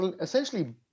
essentially